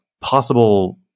possible